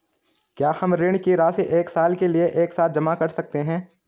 क्या हम ऋण की राशि एक साल के लिए एक साथ जमा कर सकते हैं?